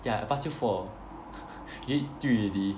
yeah I pass you four you ate three already